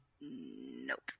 Nope